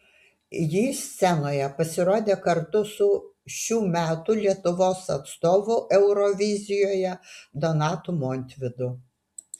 ji scenoje pasirodė kartu su šių metų lietuvos atstovu eurovizijoje donatu montvydu